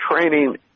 training